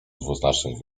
dwuznacznych